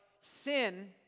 sin